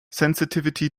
sensitivity